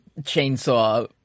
chainsaw